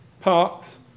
parks